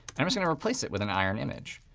i'm going to replace it with an iron image.